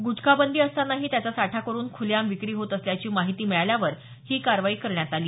ग्टखा बंदी असतांनाही त्याचा साठा करून खुलेआम विक्री होत असल्याची माहिती मिळाल्यावर ही कारवाई करण्यात आली